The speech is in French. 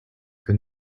que